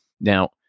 Now